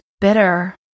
bitter